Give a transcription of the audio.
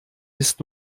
ist